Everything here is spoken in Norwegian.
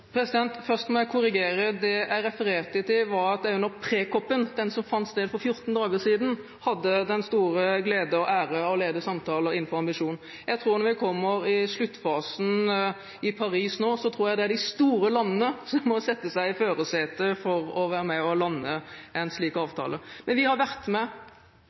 Først må jeg korrigere. Det jeg refererte til, var at jeg under preCOP-en, den som fant sted for 14 dager siden, hadde den store glede og ære å lede samtaler innenfor ambisjon. Jeg tror at når vi kommer i sluttfasen i Paris nå, er det de store landene som må sette seg i førersetet for å være med og lande en slik avtale. Vi har vært med